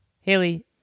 Haley